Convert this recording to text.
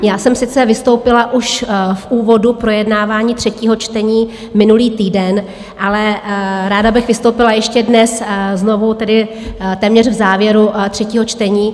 Já jsem sice vystoupila už v úvodu projednávání třetího čtení minulý týden, ale ráda bych vystoupila ještě dnes znovu, tedy téměř v závěru třetího čtení.